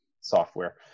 software